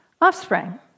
offspring